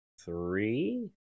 three